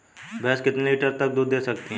भैंस कितने लीटर तक दूध दे सकती है?